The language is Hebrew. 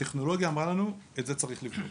שהטכנולוגיה אמרה לנו את זה צריך לבדוק.